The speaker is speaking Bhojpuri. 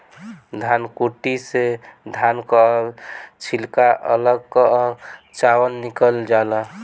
धनकुट्टी से धान कअ छिलका अलग कअ के चावल निकालल जाला